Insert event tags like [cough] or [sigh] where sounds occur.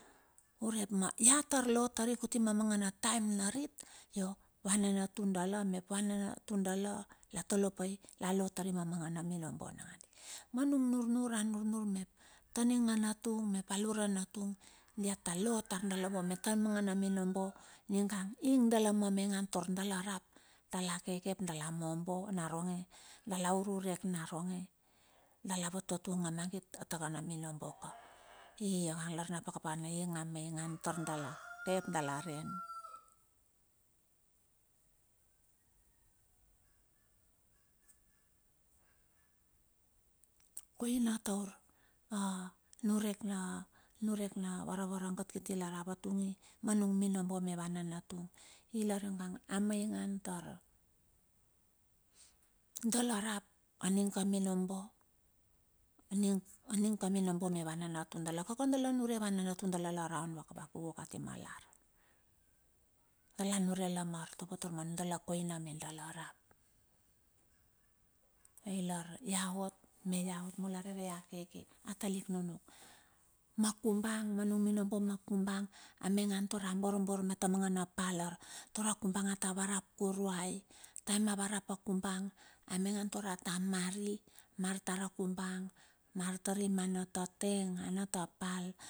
Urep ma ia tar lo tar i kuti ma mangana taem narit, io vananatu dala mep vananatu dala la tolo pai, la lotari ma mangana minobo nangadi. Ma nung nurnur a nurnur mep, ta ninga natum mep a lura natum dia ta lo tar dala vua me ta manga na minobo ningang ingdala mamaingan tor dala rap, dala keke ap dala mombo naronge. Dala ururek na ronge, dala vat vatung a mangit takana minobo ka. Ionge inga maingan [noise] tor dala ke [noise] ap dala ren. Koina taur a niurek na varavaragat kiti lar a vatung i, ma nung minobo ma va nanatung lar ninga a maingan tar, dala rapa ning ka minobo me va nanatu dala, kaka dala nure va nanatu dala la raon vak vakuku kati ma lar. Dala nure la ma artovo tar manu dala ni koina me dala rap. I lar ia ot, me ia ot mula rere ia keke a talik nunuk. Ma kumbang ma nung minobo ma kubang. A maingan tar a borbor me ta mangana pal lar, tar a kubang a ta varap kuruai. Taem a varap a kubang, a maingan tar a mari. Martar a kubang. Mar tari mana ta teng. ana ta pal.